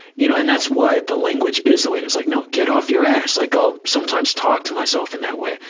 you know. and that's why the language is the way it is. it's like, no, get off your ass! like, i'll sometimes talk to myself in that way,